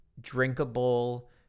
drinkable